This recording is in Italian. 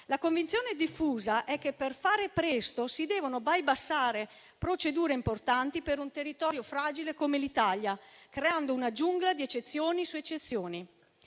La convinzione diffusa è che, per fare presto, si devono bypassare procedure importanti per un territorio fragile come l'Italia, creando una giungla di eccezioni su eccezioni.